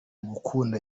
gukunda